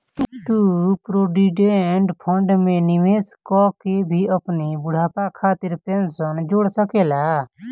तू provident fund में निवेश कअ के भी अपनी बुढ़ापा खातिर पेंशन जोड़ सकेला